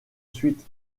suite